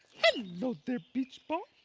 hello there beach ball.